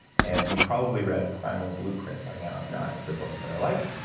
and you've probably read primal blueprint by now. if not, it's a book that i like.